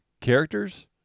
characters